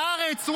הארץ,